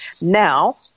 Now